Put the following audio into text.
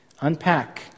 unpack